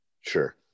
sure